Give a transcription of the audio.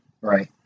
Right